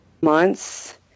months